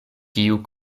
tiu